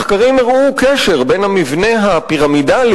מחקרים הראו קשר בין המבנה הפירמידלי